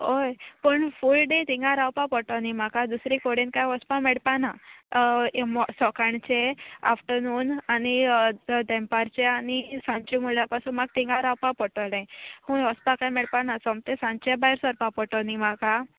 ओय पूण full day थिंगा रावपा पोडटो न्ही म्हाका दुसरे कोडेन कांय वसपा मेडपा ना स सोकाणचें आफ्टरनून आनी देमपारचे आनी सांचे म्हुळ्या पासून म्हाका थिंगां रावपा पोडटलें खूंय वसपा काय मेळपा ना सोमतें सांचे भायर सरपा पडटो न्ही म्हाका